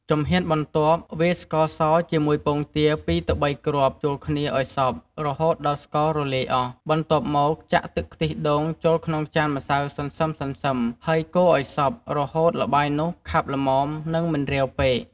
ជំហានបន្ទាប់ វាយស្ករសជាមួយពងទា ២ទៅ៣ គ្រាប់ចូលគ្នាឱ្យសព្វ រហូតដល់ស្កររលាយអស់ បន្ទាប់មក ចាក់ទឹកខ្ទិះដូងចូលក្នុងចានម្សៅសន្សឹមៗ ហើយកូរឱ្យសព្វ រហូតល្បាយនោះខាប់ល្មម និងមិនរាវពេក។